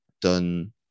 done